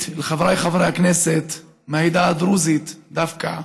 אל חבריי חברי הכנסת מהעדה הדרוזית דווקא.